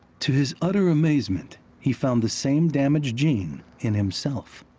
to his utter amazement, he found the same damaged gene in himself.